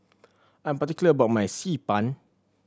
I'm particular about my Xi Ban